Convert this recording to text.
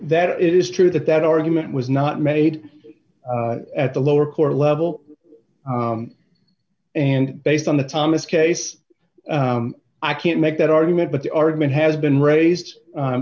that is true that that argument was not made at the lower court level and based on the thomas case i can't make that argument but the argument has been raised